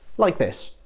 like this